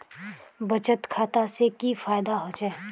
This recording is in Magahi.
बचत खाता से की फायदा होचे?